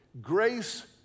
grace